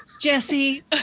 Jesse